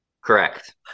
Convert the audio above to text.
Correct